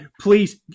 please